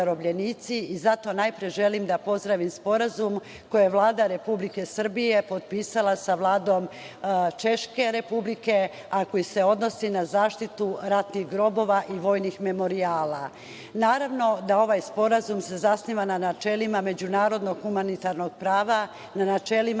Zato najpre želim da pozdravim sporazum koji je Vlada Republike Srbije potpisala sa Vladom Češke Republike, a koji se odnosi na zaštitu ratnih grobova i vojnih memorijala. Naravno da ovaj sporazum se zasniva na načelima međunarodnog humanitarnog prava, na načelima